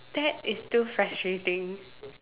that is still frustrating